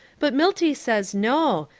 but milty says no,